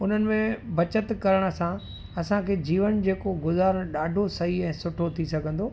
उन में बचति करण सां असांखे जीवन जेको गुज़ारिण ॾाढो सही ऐं सुठो थी सघंदो